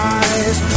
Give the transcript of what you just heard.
eyes